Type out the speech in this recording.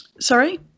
Sorry